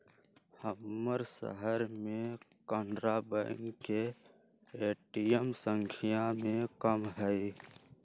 महम्मर शहर में कनारा बैंक के ए.टी.एम संख्या में कम हई